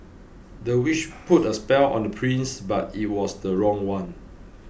the witch put a spell on the prince but it was the wrong one